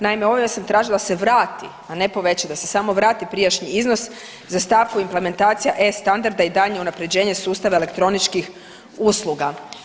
Naime, ovdje sam tražila da se vrati, a ne poveća da se samo vrati prijašnji iznos za stavku implementacija e-standarda i daljnje unapređenje sustava elektroničkih usluga.